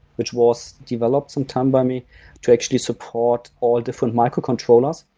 which was developed sometime by me to actually support all different microcontrollers,